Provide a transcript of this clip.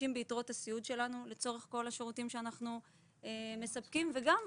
משתמשים ביתרות הסיעוד שלנו לצורך כל השירותים שאנחנו מספקים וכן,